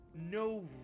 no